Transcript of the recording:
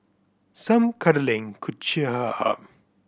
some cuddling could cheer her up